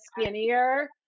skinnier